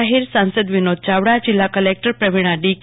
આહીર સાસંદ વિનોદ ચાવડા જિલ્લા collector Pravina decay